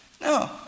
No